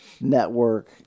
network